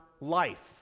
life